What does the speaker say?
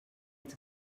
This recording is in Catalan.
ets